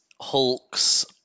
Hulk's